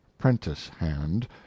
prentice-hand